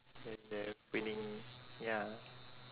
and then winning ya